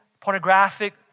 pornographic